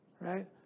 Right